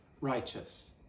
righteous